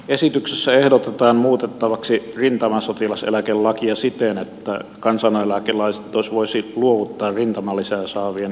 esityksessä ehdotetaan muutettavaksi rintamasotilaseläkelakia siten että kansaneläkelaitos voisi luovuttaa rintamalisää saavien henkilötiedot kunnalle